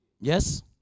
Yes